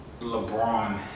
LeBron